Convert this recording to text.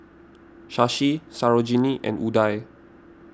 Shashi Sarojini and Udai